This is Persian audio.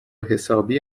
حسابی